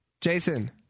Jason